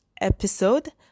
episode